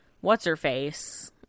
what's-her-face